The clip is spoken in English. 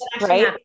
Right